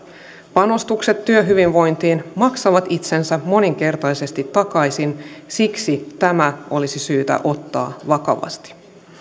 panostukset työhyvinvointiin maksavat itsensä moninkertaisesti takaisin siksi tämä olisi syytä ottaa vakavasti